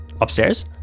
Upstairs